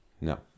No